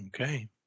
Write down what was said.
okay